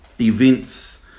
events